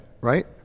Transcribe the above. right